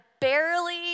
barely